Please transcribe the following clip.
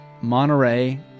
Monterey